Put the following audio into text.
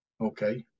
okay